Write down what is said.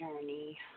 journey